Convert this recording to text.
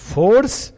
force